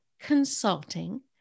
consulting